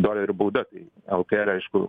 dolerių bauda tai lkl aišku